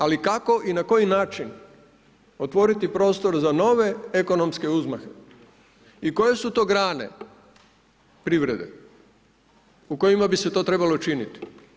Ali kako i na koji način otvoriti prostor za nove ekonomske uzmahe i koje su to grane privrede u kojima bi se to trebalo činiti?